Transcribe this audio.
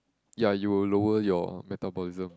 ya you will lower your metabolism